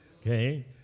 Okay